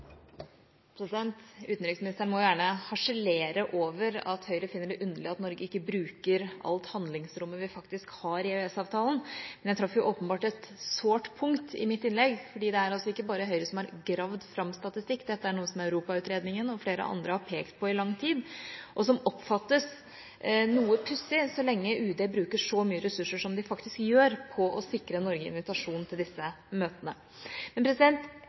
Utenriksministeren må gjerne harselere over at Høyre finner det underlig at Norge ikke bruker alt handlingsrommet vi faktisk har i EØS-avtalen. Men jeg traff åpenbart et sårt punkt i mitt innlegg, for det er altså ikke bare Høyre som har «gravd fram» statistikk, dette er noe som Europautredningen og flere andre har pekt på i lang tid, og som oppfattes som noe pussig, så lenge UD bruker så mye ressurser som det faktisk gjør på å sikre Norge invitasjon til disse møtene. Men